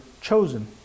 chosen